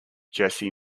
jessie